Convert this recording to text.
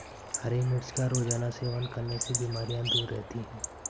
हरी मिर्च का रोज़ाना सेवन करने से बीमारियाँ दूर रहती है